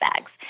bags